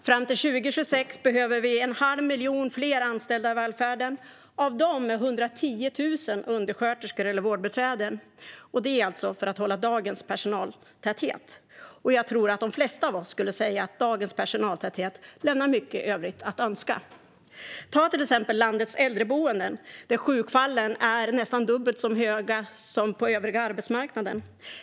Fram till 2026 behöver vi en halv miljon fler anställda i välfärden, av dem 110 000 undersköterskor eller vårdbiträden. Detta är alltså för att hålla dagens personaltäthet, och jag tror att de flesta av oss skulle säga att dagens personaltäthet lämnar mycket övrigt att önska. Ta till exempel landets äldreboenden, där sjuktalen är nästan dubbelt så höga som på övriga arbetsmarknaden.